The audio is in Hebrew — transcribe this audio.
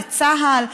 לצה"ל,